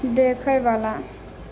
देखयवला